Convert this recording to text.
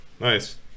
Nice